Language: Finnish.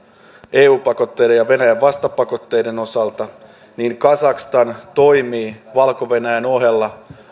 eu pakotteiden ja venäjän vastapakotteiden osalta kazakstan toimii valko venäjän ohella